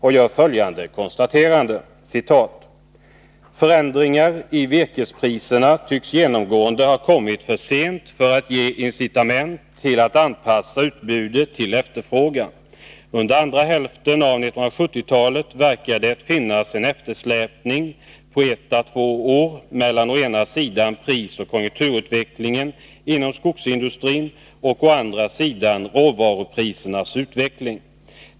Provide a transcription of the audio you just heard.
och gör följande konstaterande: ”Förändringar i virkespriserna tycks genomgående ha kommit för sent för att ge incitament till att anpassa utbudet till efterfrågan. Under andra hälften av 1970-talet verkar det finnas en eftersläpning på 1 å 2 år mellan å ena sidan prisoch konjunkturutvecklingen inom skogsindustrin och å andra sidan råvaruprisernas utveckling.